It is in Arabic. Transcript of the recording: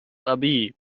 طبيب